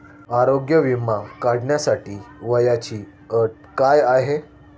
आरोग्य विमा काढण्यासाठी वयाची अट काय आहे?